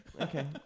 Okay